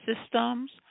systems